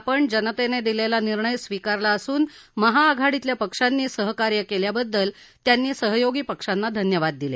आपण जनेतेने दिलेला निर्णय स्वीकारला असून महाआघाडीतल्या पक्षांनी सहकार्य केल्याबद्दल त्यांनी सहयोगी पक्षांना धन्यवाद दिले